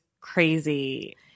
crazy